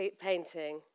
painting